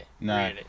No